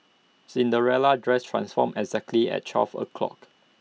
Cinderella's dress transformed exactly at twelve o'clock